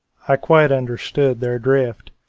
i quite understood their drift,